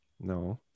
no